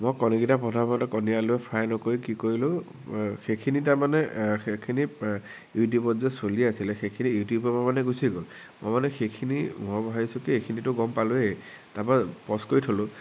মই কণিকিটা প্ৰথমতে কণী আলুৱে ফ্ৰাই নকৰি কি কৰিলো সেইখিনি তাৰমানে সেইখিনি ইউটিউবত যে চলি আছিলে সেইখিনি ইউটিউবৰ পৰা মানে গুচি গ'ল মই মানে সেইখিনি মই ভাৱিছোঁ কি এইখিনিতো গম পালোৱে তাৰপৰা প'জ কৰি থলোঁ